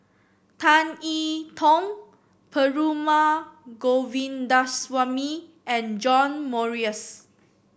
Tan E Tong Perumal Govindaswamy and John Morrice